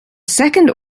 second